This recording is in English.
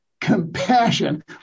compassion